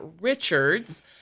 Richards